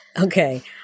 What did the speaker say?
okay